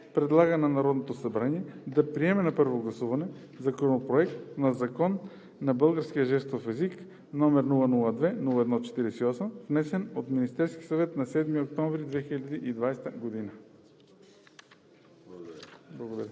предлага на Народното събрание да приеме на първо гласуване Законопроект за българския жестов език, № 002-01-48, внесен от Министерския съвет на 7 октомври 2020 г.“ Благодаря.